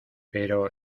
pero